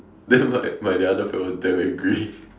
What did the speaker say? then my my the other friend was damn angry